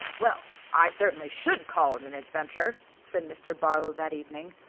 well, i certainly should call it an adventure, said mr. barlow that evening,